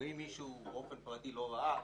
ואם מישהו באופן פרטי לא ראה,